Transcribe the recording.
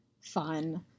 fun